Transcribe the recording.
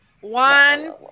one